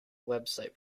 website